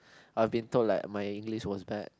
I've been told like my English was bad